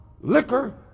liquor